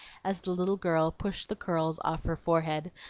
as the little girl pushed the curls off her forehead,